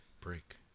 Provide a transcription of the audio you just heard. Break